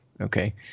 okay